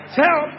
tell